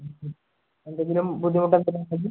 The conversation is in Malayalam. എന്തെങ്കിലും ബുദ്ധിമുട്ട് അങ്ങനെ എന്തെങ്കിലും